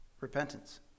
repentance